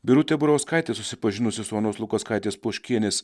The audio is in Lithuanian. birutė burauskaitė susipažinusi su onos lukauskaitės poškienės